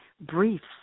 briefs